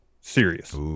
serious